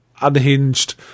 unhinged